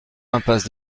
impasse